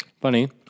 Funny